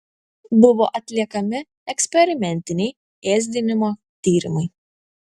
buvo atliekami eksperimentiniai ėsdinimo tyrimai